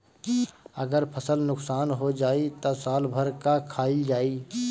अगर फसल नुकसान हो जाई त साल भर का खाईल जाई